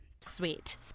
Sweet